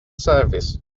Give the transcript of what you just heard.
service